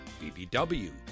BBW